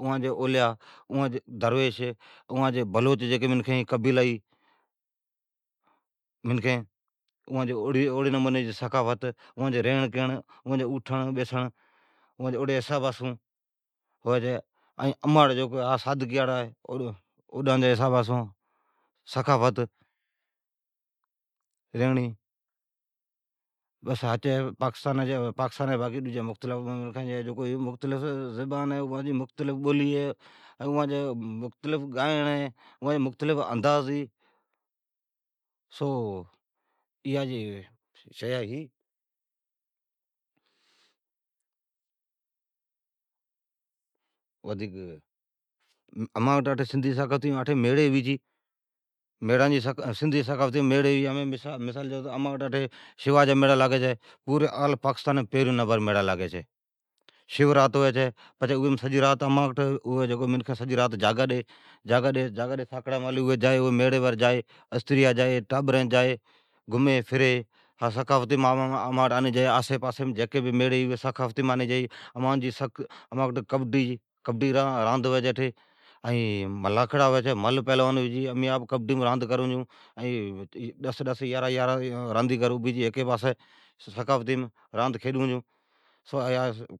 اوان جی اولیا، اوان جی درویش، بلوچ جیکی منکھین ھی قبیلائی اوان جی ثقافت، اوان جی اوٹھر، بیسڑ، اوان جی رھڑی کھڑی اوان جی حسابا سون ھوی چھی۔ ائین اماڑی اوڈان جی حسابا سون رھڑی۔ ائین پاکستانام جی منکھین اوان جی رھڑی ہے، اوان جی کھڑی ہے، اوان جی گائڑ ہے، اوان جی انداز ھی۔ سو ایاچ شیا ھی۔ ائین امچی سندھیم میڑی ھوی چھی۔ جیون اماٹھ ھمین شوا جا میڑا آوی چھی جکو آل پاکوتونام پھریون نمبر ھوی چھی، شو رات ھوی چھی جکیم اماٹھ سجی رات جاگا ڈی۔ بری ساکڑا مالی میڑیم جائی گھمی پھری، ھا امانتھ ثقافتیم آنی جا چھی، امچی میڑی۔ ائین اماٹھ کبڈی، ملھ ھوی چھی، امین آپ کبڈی راند کرون چھون۔ ڈس، ڈس، یارھن، یارھن راندیگر ابھی چھی ھیکی پاسی، سو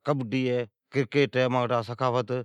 کبڈی ہے، کرکیٹ ہے امانٹھ ثقافت۔